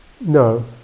No